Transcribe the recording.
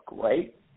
great